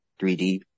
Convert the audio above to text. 3D